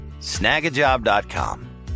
Snagajob.com